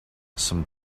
some